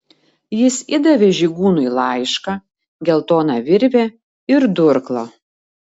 jis įdavė žygūnui laišką geltoną virvę ir durklą